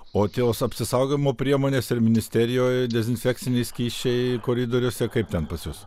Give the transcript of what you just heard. o tie jos apsisaugojimo priemonės ir ministerijoj dezinfekciniai skysčiai koridoriuose kaip ten pas jus